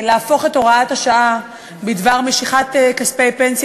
להפוך את הוראת השעה בדבר משיכת כספי פנסיה